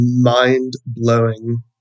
mind-blowing